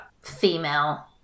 female